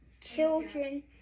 children